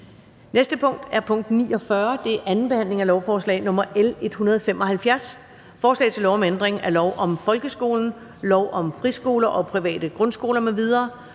Betænkning 02.06.2022). 49) 2. behandling af lovforslag nr. L 175: Forslag til lov om ændring af lov om folkeskolen, lov om friskoler og private grundskoler m.v.,